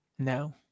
No